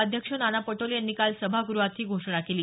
अध्यक्ष नाना पटोले यांनी काल सभाग्रहात ही घोषणा केली